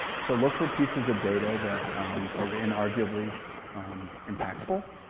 so look for pieces of data that are inarguably impactful.